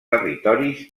territoris